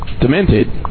demented